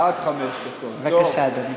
בבקשה, אדוני.